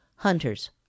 Hunters